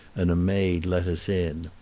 and a maid let us in.